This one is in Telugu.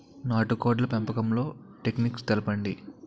నాటుకోడ్ల పెంపకంలో టెక్నిక్స్ తెలుపండి?